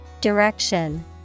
Direction